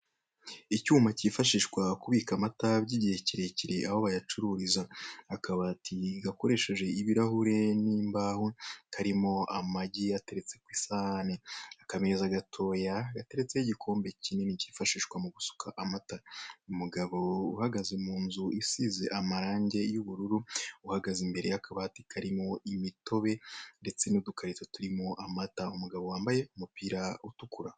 Icyuma cyifashishwa kubika amata by'igihe kirekire aho bayacururiza. Akabati gakoresheje ibirahure n'imbaho karimo amagi ateretse ku isahani. Akameza gatoya gateretseho igikombe kinini cyifashishwa mu gusuka amata. Umugabo uhagaze mu nzu isize amarangi y'ubururu uhagaze imbere y'akabati karimo imitobe ndetse n'udukariso turimo amata. Umugabo wambaye umupira utukura.